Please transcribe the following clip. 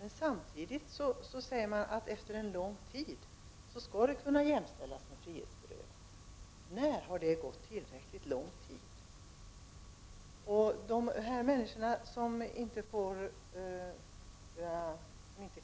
Men samtidigt sägs det att efter en lång tid skall kommunarresten kunna jämställas med frihetsberövande. När har det gått tillräckligt lång tid? De här människorna som inte